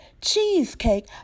cheesecake